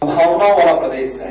संभावनाओं वाला प्रदेश है